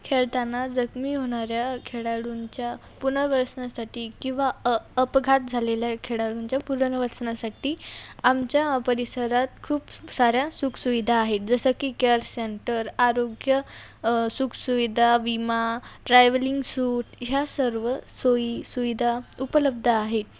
खेळताना जखमी होणाऱ्या खेळाडूंच्या पुनर्वसनासाठी किंवा अ अपघात झालेल्या खेळाडूंच्या पुनर्वसनासाठी आमच्या परिसरात खूप साऱ्या सुख सुविधा आहेत जसं की केअर सेंटर आरोग्य सुखसुविधा विमा ट्रॅव्हलिंग सूट ह्या सर्व सोयी सुविधा उपलब्ध आहेत